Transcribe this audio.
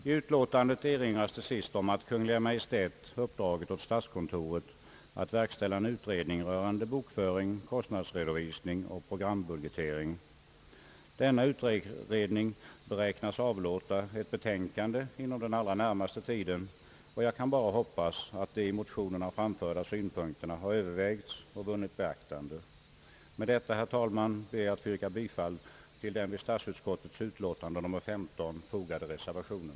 I utlåtandet erinras till sist om att Kungl. Maj:t uppdragit åt statskontoret att verkställa en utredning rörande bokföring, kostnadsredovisning och programbudgetering. Denna utredning beräknas avlåta ett betänkande inom den allra närmaste tiden, och jag kan bara hoppas att de i motionerna framförda synpunkterna har övervägts och vunnit beaktande. Med detta, herr talman, ber jag att få yrka bifall till den vid statsutskottets utlåtande nr 15 fogade reservationen.